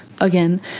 again